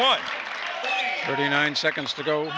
one thirty nine seconds to go